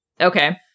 Okay